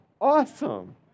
Awesome